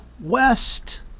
West